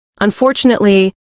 Unfortunately